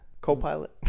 co-pilot